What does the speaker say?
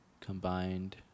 combined